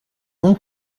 mon